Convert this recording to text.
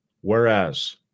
whereas